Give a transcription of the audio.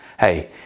Hey